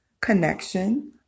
connection